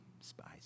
spies